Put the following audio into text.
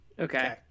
Okay